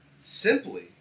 simply